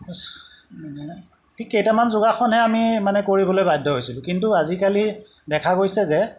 মানে ঠিক কেইটামান যোগাসনহে আমি মানে কৰিবলৈ বাধ্য হৈছিলোঁ কিন্তু আজিকালি দেখা গৈছে যে